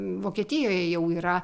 vokietijoj jau yra